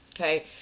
Okay